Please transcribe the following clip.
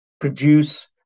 produce